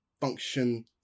function